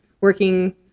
working